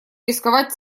рисковать